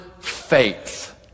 faith